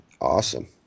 Awesome